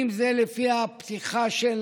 אם זה לפי הפתיחה של,